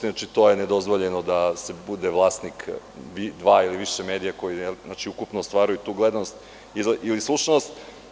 Znači, to je nedozvoljeno da se bude vlasnik dva ili više medija koji ukupno ostvaruju tu gledanost ili slušanost.